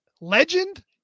legend